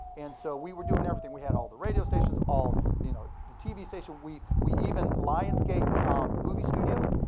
and so we were doing everything. we had all the radio stations, all the you know the tv stations. we we even, lionsgate movie studio,